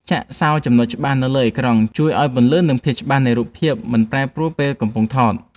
ចាក់សោរចំណុចច្បាស់នៅលើអេក្រង់ជួយឱ្យពន្លឺ និង ភាពច្បាស់នៃរូបភាពមិនមានប្រែប្រួលពេលកំពុងថត។